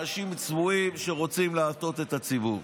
אנשים צבועים שרוצים להטעות את הציבור.